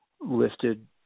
listed